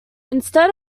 instead